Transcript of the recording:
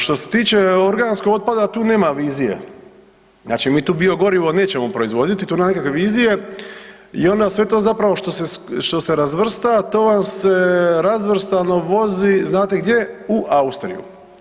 Što se tiče organskog otpada tu nema vizije, znači mi tu biogorivo nećemo proizvoditi tu nema nikakve vizije i onda sve to zapravo što se razvrsta to vam se razvrstano vozi, znate gdje, u Austriju.